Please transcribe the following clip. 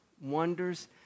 wonders